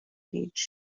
page